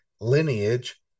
Lineage